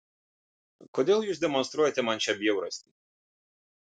kodėl jūs demonstruojate man šią bjaurastį